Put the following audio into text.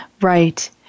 Right